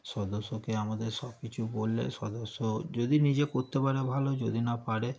সদস্যকে আমাদের সবকিছু বললে সদস্য যদি নিজে করতে পারে ভালো যদি না পারে